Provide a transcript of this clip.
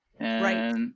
Right